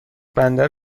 بندر